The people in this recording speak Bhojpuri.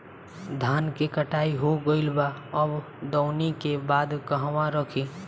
धान के कटाई हो गइल बा अब दवनि के बाद कहवा रखी?